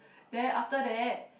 then after that